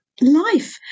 life